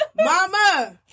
mama